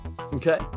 Okay